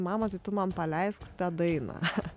mama tai tu man paleisk tą dainą